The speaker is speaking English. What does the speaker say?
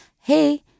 Hey